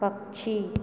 पक्षी